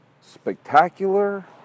spectacular